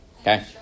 Okay